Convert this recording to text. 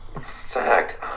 fact